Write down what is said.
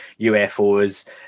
UFOs